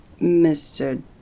Mr